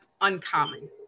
uncommon